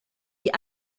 die